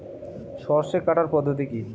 সরষে কাটার পদ্ধতি কি?